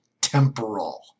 temporal